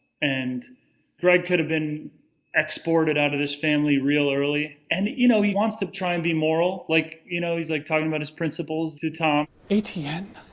and greg could've been exported out of this family real early, and you know, he wants to try and be moral. like, you know he's, like, talking about his principles to tom. greg atn.